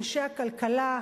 אנשי הכלכלה,